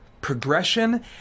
progression